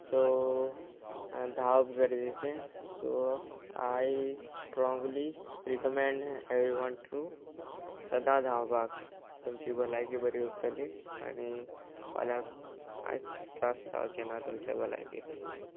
so धांवप गरजेचें सो आय स्ट्रोंगली रिकमेंड एवरीवन टू सदां धांवपाक तुमची भलायकी बरी उरतली आनी फाल्यांक कांयच त्रास जावचें ना तुमच्या भलायकेक